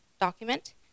document